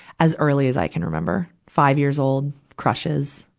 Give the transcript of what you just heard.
as early as i can remember. five years old, crushes,